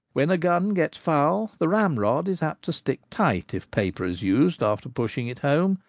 when a gun gets foul the ramrod is apt to stick tight if paper is used after pushing it home,